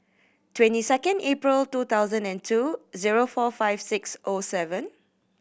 twenty second April two thousand and two zero four five six O seven